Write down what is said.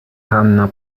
hanna